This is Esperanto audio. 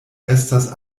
estas